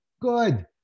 Good